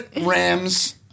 Rams